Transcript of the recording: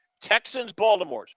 Texans-Baltimores